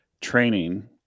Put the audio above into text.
training